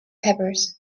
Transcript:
peppers